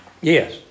Yes